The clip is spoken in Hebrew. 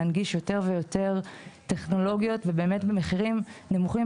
להנגיש יותר ויותר טכנולוגיות במחירים נמוכים